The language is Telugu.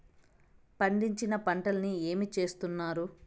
పండించిన పంటలని ఏమి చేస్తున్నారు?